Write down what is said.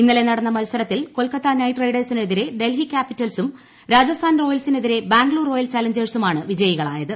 ഇന്നലെ നടന്ന മത്സരത്തിൽ കൊൽക്കത്ത നൈറ്റ് റൈഡേഴ്സിനെ തിരെ ഡൽഹി കൃാപിറ്റൽസും രാജസ്ഥാൻ റോയൽസിനെതിരെ ബാംഗ്ലൂർ റോയൽ ചലഞ്ചേഴ്സുമാണ് വിജയികളായത്